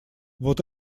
вот